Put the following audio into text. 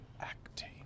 acting